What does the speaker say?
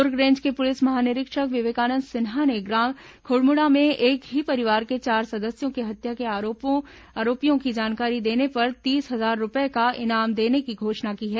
दुर्ग range के police महानिरीक्षक विवेकानंद सिन्हा ने ग्राम खुड़मुड़ा में एक ही परिवार के चार सदस्यों की हत्या के आरोपियों की जानकारी देने पर तीस हजार रूपए का इनाम देने की घोषणा की है